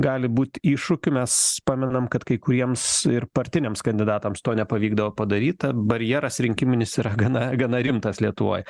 gali būt iššūkių mes pamenam kad kai kuriems ir partiniams kandidatams to nepavykdavo padaryt barjeras rinkiminis yra gana gana rimtas lietuvoj